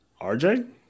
RJ